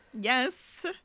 Yes